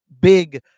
big